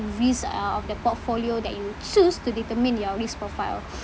risk uh of the portfolio that you choose to determine your risk profile